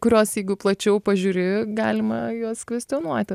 kuriuos jeigu plačiau pažiūri galima juos kvestionuoti